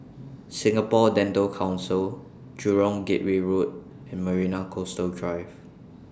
Singapore Dental Council Jurong Gateway Road and Marina Coastal Drive